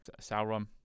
sauron